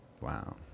wow